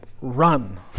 run